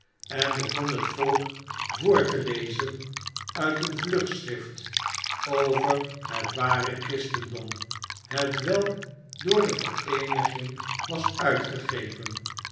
en begon het volk voor te lezen uit een vlugschrift over het ware christendom hetwelk door de vereeniging was uitgegeven